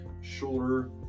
shoulder